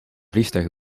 vliegtuig